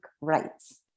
rights